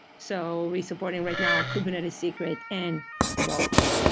so we're supporting right now kubernetes secret and vault.